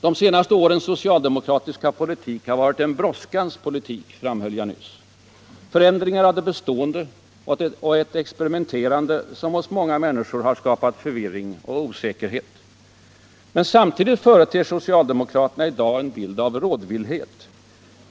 De senaste årens socialdemokratiska politik har varit en brådskans politik, framhöll jag nyss, med förändringar av det bestående och ett experimenterande som hos många människor har skapat förvirring och osäkerhet. Men samtidigt företer socialdemokraterna i dag en bild av rådvillhet.